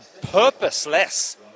purposeless